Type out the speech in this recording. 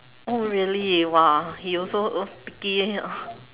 oh really !wah! he also picky